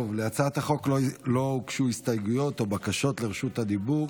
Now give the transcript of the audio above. להצעת החוק לא הוגשו הסתייגויות או בקשות לדיבור,